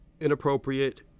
inappropriate